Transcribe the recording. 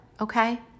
okay